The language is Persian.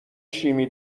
شیمی